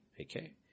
Okay